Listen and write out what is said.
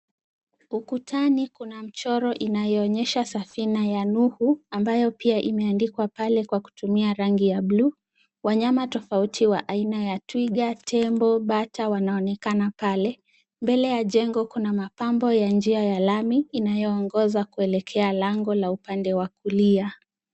Ukutani kuna mchoro unayoonyesha safina ya Nuhu ambayo pia imeandikwa pale kwa kutumia rangi ya buluu. Wanyama tofauti wa aina ya twiga, tembo, bata wanaonekana pale. Mbele ya jengo kuna mapambo ya njia ya lami inayoongoza kuelekea lango la upande wa kulia.